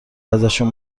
ازشون